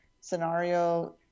scenario